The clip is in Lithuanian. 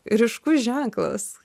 ryškus ženklas